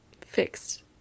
fixed